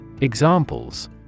Examples